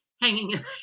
hanging